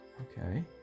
okay